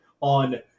On